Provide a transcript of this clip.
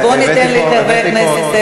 אז בואו ניתן לחבר הכנסת,